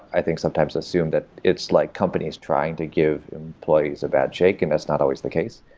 i think, sometimes assume that it's like companies trying to give employees a bad shake, and that's not always the case.